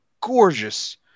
gorgeous